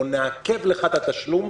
או נעכב לך את התשלום,